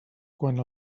quant